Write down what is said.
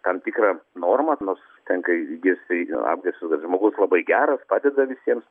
tam tikrą normą nors tenka išgirsti ir atgarsius kad žmogus labai geras padeda visiems